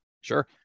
Sure